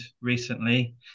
recently